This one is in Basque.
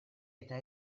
eta